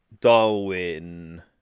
Darwin